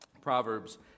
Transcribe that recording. Proverbs